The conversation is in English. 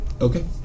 Okay